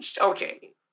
okay